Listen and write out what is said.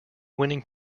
winning